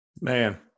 Man